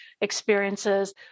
experiences